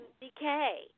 decay